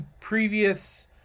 previous